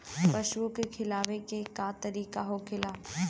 पशुओं के खिलावे के का तरीका होखेला?